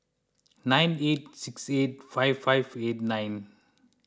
nine eight six eight five five eight nine